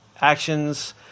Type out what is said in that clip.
actions